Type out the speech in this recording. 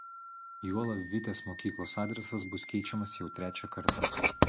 juolab vitės mokyklos adresas bus keičiamas jau trečią kartą